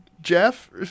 Jeff